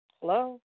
Hello